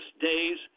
days